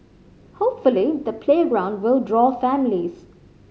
hopefully the playground will draw families